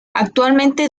actualmente